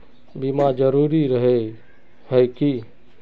बीमा जरूरी रहे है की?